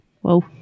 Whoa